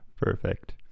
perfect